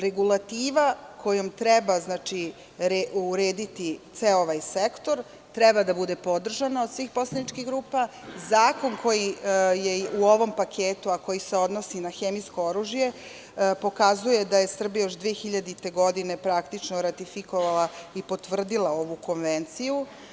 Regulativa kojom treba urediti ceo ovaj sektor, treba da bude podržana od svih poslaničkih grupa, zakon koji je u ovom paketu, a koji se odnosi na hemijsko oružje pokazuje da je Srbija još 2000. godine praktično ratifikovala i potvrdila ovu konvenciju.